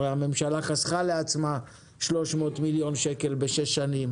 הרי הממשלה חסכה לעצמה 300 מיליון שקל בשש שנים.